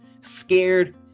scared